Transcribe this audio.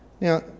Now